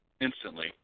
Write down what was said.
instantly